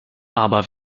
aber